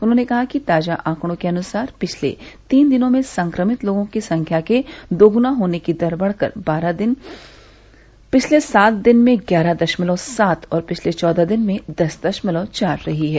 उन्होंने कहा कि ताजा आंकड़ों के अनुसार पिछले तीन दिनों में संक्रमित लोगों की संख्या के दोगुना होने की दर बढ़ कर बारह दिन पिछले सात दिन में ग्यारह दशमलव सात और पिछले चौदह दिन में दस दशमलव चार रही है